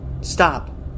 Stop